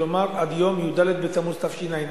כלומר עד יום י"ד בתמוז התשע"א,